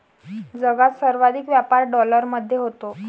जगात सर्वाधिक व्यापार डॉलरमध्ये होतो